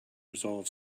resolve